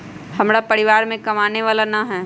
हमरा परिवार में कमाने वाला ना है?